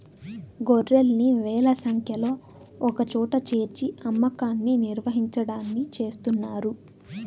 గొర్రెల్ని వేల సంఖ్యలో ఒకచోట చేర్చి అమ్మకాన్ని నిర్వహించడాన్ని చేస్తున్నారు